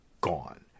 gone